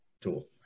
tool